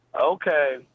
okay